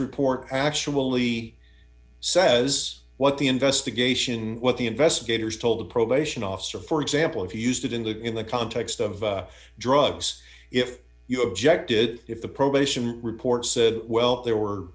report actually says what the investigation what the investigators told the probation officer for example if you used it in the in the context of drugs if you objected if the probation report said well there were